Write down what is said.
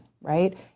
right